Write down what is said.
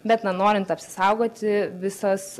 bet na norint apsisaugoti visos